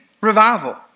revival